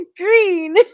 Green